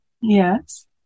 Yes